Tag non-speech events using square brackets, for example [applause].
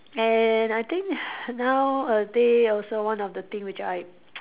and I think [breath] nowadays also one of the thing which I [noise]